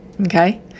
Okay